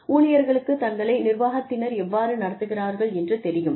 ஊழியர்களுக்கு தங்களை நிர்வாகத்தினர் எவ்வாறு நடத்துகிறார்கள் என்று தெரியும்